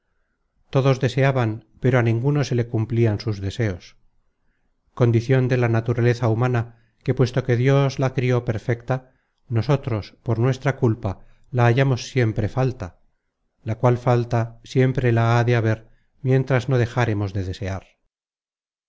todos deseaban pero á ninguno se le cumplian sus deseos condicion de la naturaleza humana que puesto que dios la crió perfecta nosotros por nuestra culpa la hallamos siempre falta la cual falta siempre la ha de haber mientras no dejaremos de desear